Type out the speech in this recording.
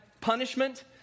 punishment